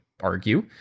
argue